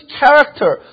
character